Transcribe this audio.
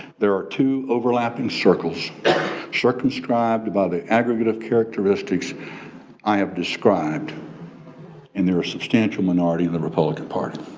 there are two overlapping circles circumscribed by the aggregate of characteristics i have described and there a substantial minority in the republican party.